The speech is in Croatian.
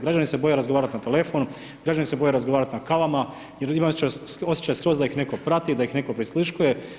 Građani se boje razgovarati na telefon, građani se boje razgovarati na kavama, imaju osjećaj skroz da ih netko prati, da ih netko prisluškuje.